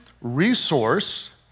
resource